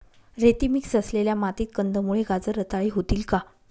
रेती मिक्स असलेल्या मातीत कंदमुळे, गाजर रताळी होतील का?